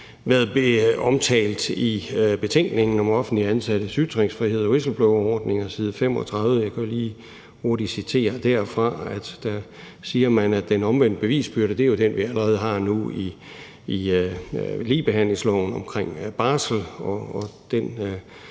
været omtalt i betænkningen om offentligt ansattes ytringsfrihed og whistleblowerordninger, side 35. Jeg kan hurtigt lige citere derfra. Der siger man noget om den omvendte bevisbyrde. Det er jo den, vi allerede har nu i ligebehandlingsloven omkring barsel. Den